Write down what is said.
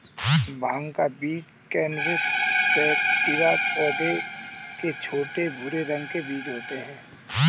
भाँग का बीज कैनबिस सैटिवा पौधे के छोटे, भूरे रंग के बीज होते है